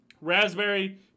Raspberry